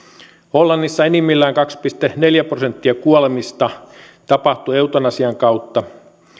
hollannissa enimmillään kaksi pilkku neljä prosenttia kuolemista tapahtuu eutanasian kautta